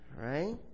Right